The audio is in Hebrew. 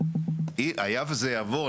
היה וזה יעבור,